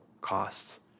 costs